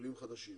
עולים חדשים.